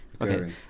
Okay